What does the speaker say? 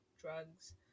drugs